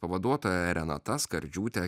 pavaduotoja renata skardžiūtė